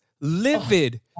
livid